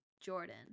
Jordan